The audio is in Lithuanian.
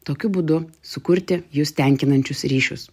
tokiu būdu sukurti jus tenkinančius ryšius